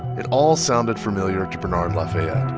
it all sounded familiar to bernard lafayette